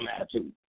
attitude